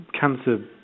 Cancer